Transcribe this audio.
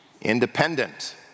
Independent